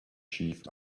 chief